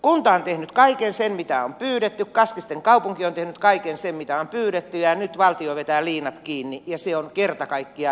ultar vienyt kaiken sen mitä on pyydetty kaskisten kaupunki on tehnyt kaiken sen mitä on pyydetty ja nyt valtio vetää liinat kiinni ja se on kerta kaikkiaan väärin